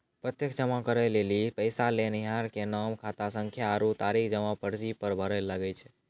प्रत्यक्ष जमा करै लेली पैसा लेनिहार के नाम, खातासंख्या आरु तारीख जमा पर्ची पर भरै लागै छै